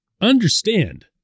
Understand